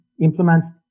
implements